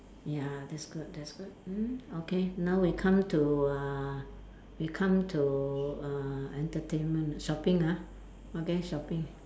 ya that's good that's good mm okay now we come to uh we come to uh entertainment shopping ah okay shopping